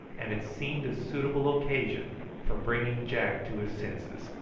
and it seemed a suitable occasion for bringing jack to his senses.